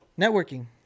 networking